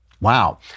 Wow